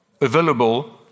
available